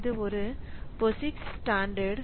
இது ஒரு POSIX standard